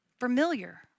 Familiar